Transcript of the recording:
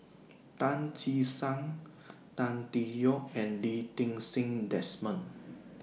Tan Che Sang Tan Tee Yoke and Lee Ti Seng Desmond